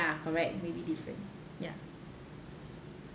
ya correct maybe different ya